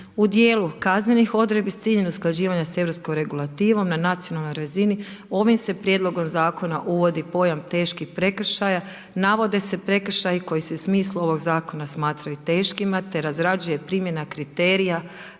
U dijelu kaznenih odredbi s ciljem usklađivanja s europskom regulativom na nacionalnoj razini ovim se prijedlogom zakona uvodi pojam teški prekršaja, navode se prekršaji koji se u smislu ovoga zakona smatraju teškima te razrađuje primjena kriterija